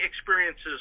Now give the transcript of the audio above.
experiences